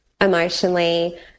emotionally